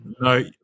No